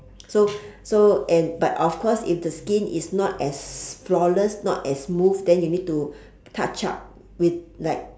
so so and but of course if the skin is not as flawless not as smooth then you need to touch up with like